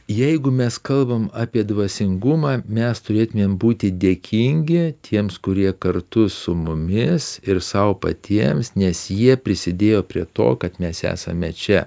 jeigu mes kalbam apie dvasingumą mes turėtumėm būti dėkingi tiems kurie kartu su mumis ir sau patiems nes jie prisidėjo prie to kad mes esame čia